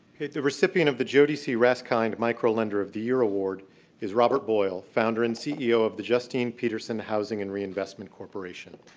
the recipient of the jody c. raskind microlender of the year award is robert boyle, founder and ceo of the justine petersen housing and reinvestment corporation.